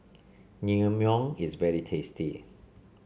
naengmyeon is very tasty